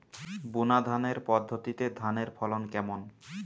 বুনাধানের পদ্ধতিতে ধানের ফলন কেমন?